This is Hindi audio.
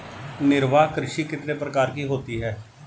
निर्वाह कृषि कितने प्रकार की होती हैं?